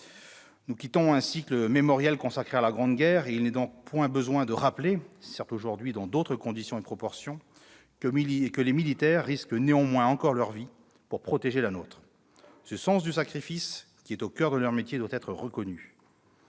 Nous quittons un cycle mémoriel consacré à la Grande Guerre, et il n'est donc point besoin de rappeler que les militaires, aujourd'hui certes dans d'autres conditions et proportions, risquent néanmoins encore leur vie pour protéger la nôtre. Ce sens du sacrifice, qui est au coeur de leur métier, doit être reconnu.